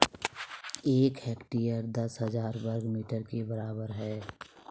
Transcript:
एक हेक्टेयर दस हजार वर्ग मीटर के बराबर है